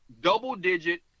double-digit